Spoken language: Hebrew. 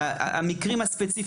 נערים?